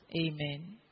Amen